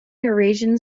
eurasian